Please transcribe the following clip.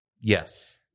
yes